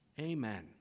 Amen